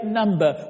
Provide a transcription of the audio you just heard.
number